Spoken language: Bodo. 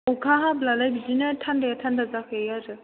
अखा हाब्लालाय बिदिनो थान्दाया थान्दा जाखायो आरो